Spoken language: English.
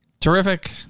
Terrific